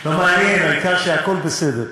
לא מעניין, העיקר שהכול בסדר.